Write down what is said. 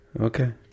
Okay